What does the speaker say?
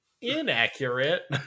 inaccurate